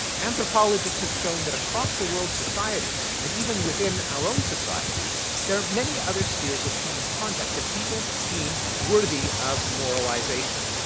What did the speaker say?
anthropologists have shown that across the world's societies, and even within our own societies there are many other spheres of human conduct that people deem worthy of moralization.